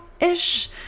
ish